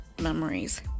memories